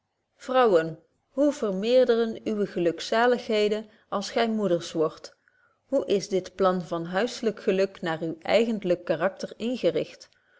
vrouwen hoe vermeerderen uwe gelukzaligheden als gy moeders wordt hoe is dit plan van huizelyk geluk naar uw eigentlyk karakter ingericht